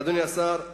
אדוני השר,